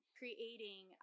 creating